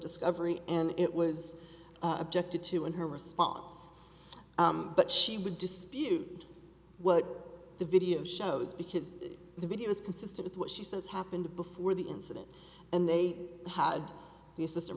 discovery and it was objected to in her response but she would dispute what the video shows because the video is consistent with what she says happened before the incident and they had the assistant